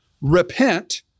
Repent